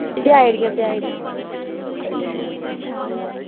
पजाई ओड़गे पजाई ओड़गे